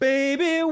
Baby